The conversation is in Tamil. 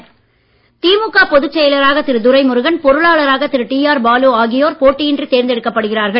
திமுக திமுக பொதுச் செயலராக திரு துரைமுருகன் பொருளாளராக திரு டிஆர் பாலு ஆகியோர் போட்டியின்றி தேர்ந்தெடுக்கப் படுகிறார்கள்